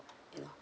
you know